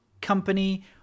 company